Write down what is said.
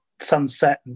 sunset